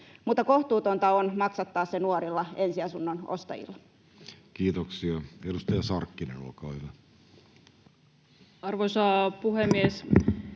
Mutta kohtuutonta on maksattaa se nuorilla ensiasunnon ostajilla. Kiitoksia. — Edustaja Sarkkinen, olkaa hyvä. Arvoisa puhemies!